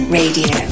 radio